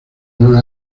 nueve